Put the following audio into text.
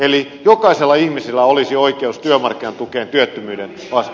eli jokaisella ihmisellä olisi oikeus työmarkkinatukeen työttömänä